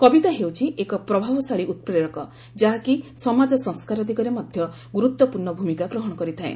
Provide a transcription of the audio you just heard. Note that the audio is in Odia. କବିତା ହେଉଛି ଏକ ପ୍ରଭାବଶାଳୀ ଉତ୍ପ୍ରେରକ ଯାହାକି ସମାଜ ସଂସ୍କାର ଦିଗରେ ମଧ୍ୟ ଗୁରୁତ୍ୱପୂର୍ଣ୍ଣ ଭୂମିକା ଗ୍ରହଣ କରିଥାଏ